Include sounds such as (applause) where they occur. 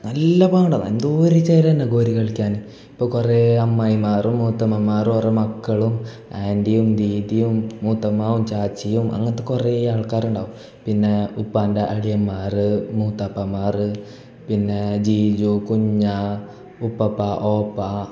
നല്ല പാട എന്തോരം (unintelligible) ഗോലി കളിക്കാൻ അപ്പം കുറേ അമ്മായിമാറും മൂത്തമ്മമാറും ഓറെ മക്കളും ആൻറ്റിയും ദീദിയും മൂത്തമ്മാവും ചാച്ചിയും അങ്ങനത്തെ കുറേ ആൾക്കാരുണ്ടാകും പിന്നെ ഉപ്പാൻ്റെ അളിയന്മാർ മൂത്താപ്പമാർ പിന്നെ ജീജൊ കുഞ്ഞാ ഉപ്പാപ്പ ഓപ്പ